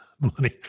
money